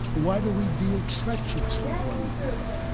why do we deal treacherously, one with the other?